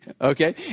Okay